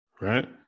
right